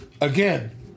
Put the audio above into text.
again